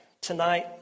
tonight